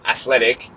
athletic